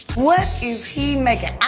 what is he makin'? i